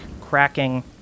cracking